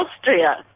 Austria